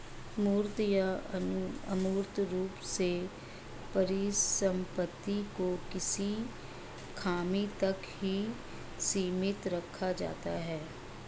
मूर्त या अमूर्त रूप से परिसम्पत्ति को किसी स्वामी तक ही सीमित रखा जाता है